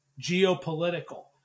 geopolitical